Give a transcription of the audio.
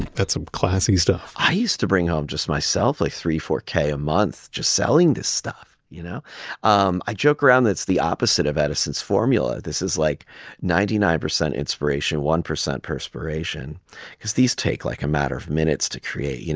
that's some classy stuff i used to bring home just myself like three, four k a month just selling this stuff. you know um i joke around that it's the opposite of edison's formula. this is like ninety nine percent inspiration, one percent perspiration because these take like a matter of minutes to create. you know